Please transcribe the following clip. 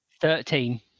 Thirteen